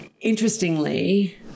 interestingly